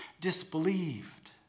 disbelieved